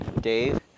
Dave